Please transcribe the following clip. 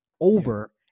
over